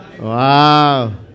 Wow